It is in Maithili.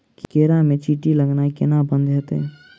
केला मे चींटी लगनाइ कोना बंद हेतइ?